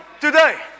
today